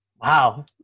Wow